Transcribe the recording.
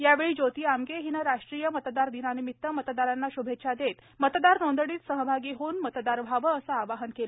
यावेळी ज्योती आमगे हिने राष्ट्रीय मतदार दिनानिमित्त मतदारांना श्भेच्छा देत मतदार नोंदणीत सहभागी होऊन मतदार व्हावे असे आवाहन केले